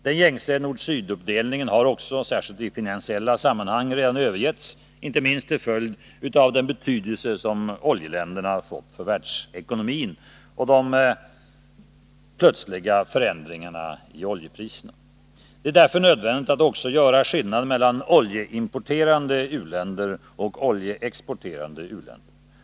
Det är förståeligt att u-länderna känner behov av att stödja varandra gentemot industriländernas ekonomiska dominans. Men denna gruppsolidaritet får inte skyla att olika u-länder har sina speciella ekonomiska behov och särintressen. Det är t.ex. fel att mekaniskt jämställa nord och syd med rik och fattig.